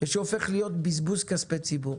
ושהופך להיות בזבוז כספי ציבור.